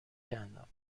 کندم